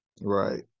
Right